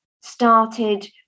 started